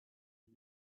and